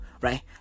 right